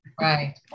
Right